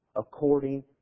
according